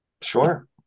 sure